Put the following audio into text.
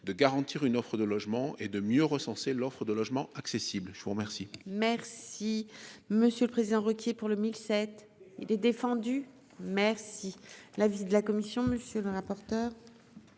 de garantir une offre de logement et de mieux recenser l'offre de logements accessibles, je vous remercie. Merci Monsieur le Président, Ruquier pour le mille sept il est défendu, merci la visite de la commission, monsieur le rapporteur.